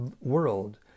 world